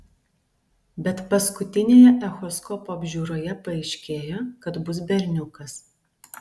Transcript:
bet paskutinėje echoskopo apžiūroje paaiškėjo kad bus berniukas